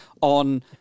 on